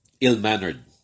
ill-mannered